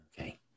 Okay